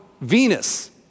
Venus